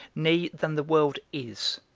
nay, than the world is.